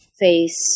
face